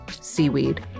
Seaweed